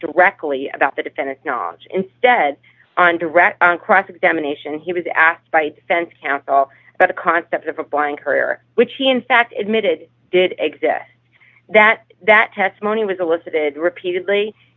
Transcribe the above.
directly about the defendant's knowledge instead to rat on cross examination he was asked by defense counsel but the concept of a blind courier which he in fact admitted did exist that that testimony was elicited repeatedly